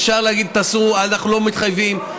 אפשר להגיד: אנחנו לא מתחייבים,